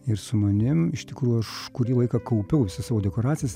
ir su manim iš tikrųjų aš kurį laiką kaupiau visas savo dekoracijas